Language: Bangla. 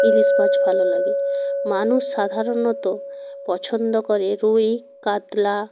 ইলিশ মাছ ভালো লাগে মানুষ সাধারণত পছন্দ করে রুই কাতলা